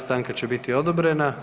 Stanka će biti odobrena.